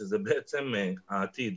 שזה בעצם העתיד.